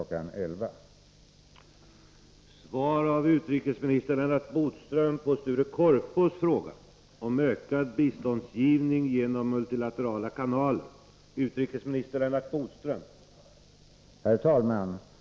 11.00.